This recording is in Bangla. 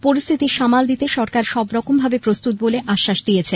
পরিস্থিতি সামাল দিতে সরকার সবরকমভাবে প্রস্তুত বলে আশ্বাস দিয়েছেন